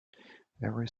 every